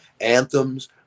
anthems